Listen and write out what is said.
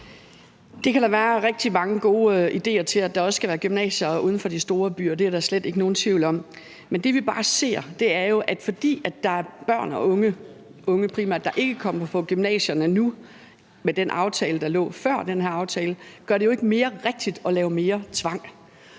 : Der kan være rigtig mange gode idéer om, at der også skal være gymnasier uden for de store byer – det er der slet ikke nogen tvivl om. Men det, at der er unge, der ikke kommer på gymnasierne nu, med den aftale, der lå før den her aftale, gør det jo ikke mere rigtigt at lave mere tvang.